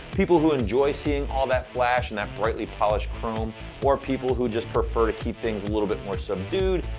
people who enjoy seeing all that flash and that brightly polished chrome or people who just prefer to keep things a little bit more subdued,